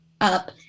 up